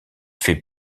fait